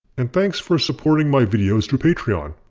and thanks for supporting my videos through patreon.